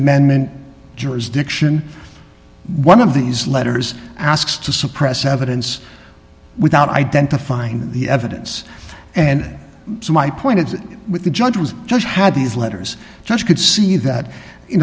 amendment jurisdiction one of these letters asks to suppress evidence without identifying the evidence and so my point is with the judge was just had these letters just could see